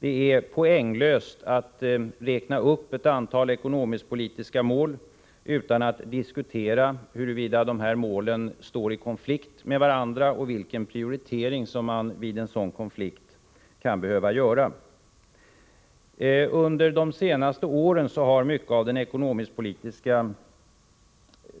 Det är poänglöst att räkna upp ett antal ekonomisk-politiska mål utan att diskutera huruvida de står i konflikt med varandra och vilken prioritering man vid en sådan konflikt kan behöva göra. Under de senaste åren har mycket av den ekonomisk-politiska